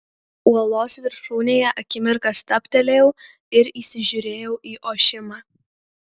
uolos viršūnėje akimirką stabtelėjau ir įsižiūrėjau į ošimą